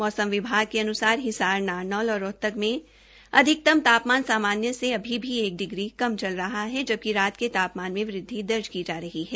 मौसम विभाग के अुसार हिसार नारनौल और रोहतक में अधिकतक तापामन सामान्य से अभी एक डिग्री कम चल रहा है जबकि रात के तापामन में वृदधि दर्ज की जा रही है